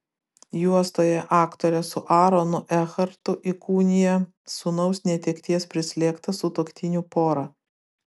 juostoje aktorė su aronu ekhartu įkūnija sūnaus netekties prislėgtą sutuoktinių porą